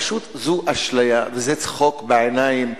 פשוט זו אשליה, זה צחוק בעיניים.